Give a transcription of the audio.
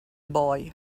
boy